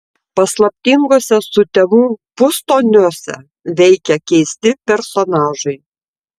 paslaptinguose sutemų pustoniuose veikia keisti personažai